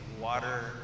water